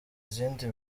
izindi